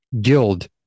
guild